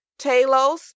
Talos